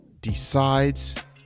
decides